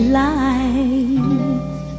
life